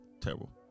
terrible